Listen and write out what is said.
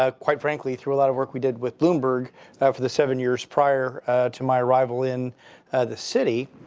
ah quite frankly through a lot of work we did with bloomberg for the seven years prior to my arrival in the city.